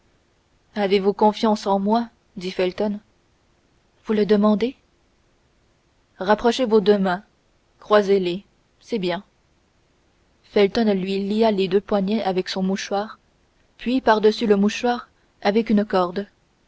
avez-vous confiance en moi dit felton vous le demandez rapprochez vos deux mains croisez les c'est bien felton lui lia les deux poignets avec son mouchoir puis pardessus le mouchoir avec une corde